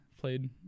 Played